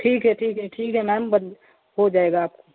ठीक है ठीक है ठीक है मैम बन हो जाएगा आप